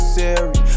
Siri